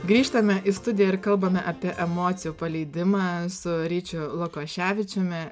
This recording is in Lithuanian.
grįžtame į studiją ir kalbame apie emocijų paleidimą su ryčiu lukoševičiumi